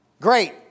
Great